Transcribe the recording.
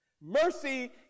Mercy